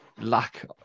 lack